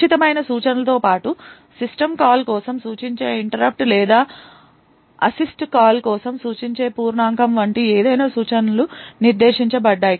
సురక్షితమైన సూచనలతో పాటు సిస్టమ్ కాల్ కోసం సూచించే ఇంటరప్ట్ లేదా అసిస్ట్ కాల్ కోసం సూచించే పూర్ణాంకం వంటి ఏవైనా సూచనలు నిషేధించబడ్డాయి